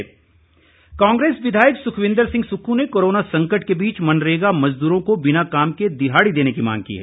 सुक्खू कांग्रेस विधायक सुखविंद्र सिंह सुक्खू ने कोरोना संकट के बीच मनरेगा मजदूरों को बिना काम के दिहाड़ी देने की मांग की है